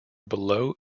below